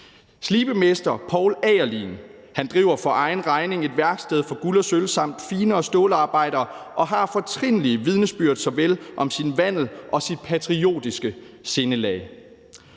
Slibemester Poul Agerlin. Han driver for egen regning et værksted for guld og sølv samt finere stålarbejder og har fortrinlige vidnesbyrd om såvel sin vandel som sit patriotiske sindelag.